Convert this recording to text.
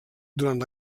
durant